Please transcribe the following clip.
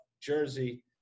Jersey